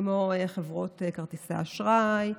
כמו חברות כרטיסי אשראי,